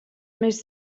més